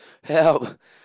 help